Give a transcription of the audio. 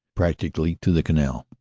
practically to the canal.